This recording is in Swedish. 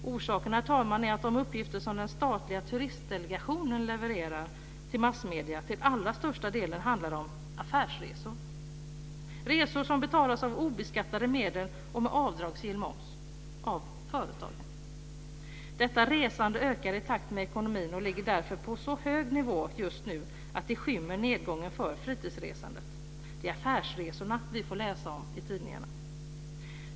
Orsaken, herr talman, är att de uppgifter som den statliga turistdelegationen levererar till massmedierna till allra största delen handlar om affärsresor, resor som av företagen betalas med obeskattade medel och med avdragsgill moms. Detta resande ökar i takt med ekonomin och ligger därför just nu på så hög nivå att nedgången för fritidsresandet skyms. Det är affärsresorna som vi får läsa om i tidningarna.